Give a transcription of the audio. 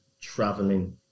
traveling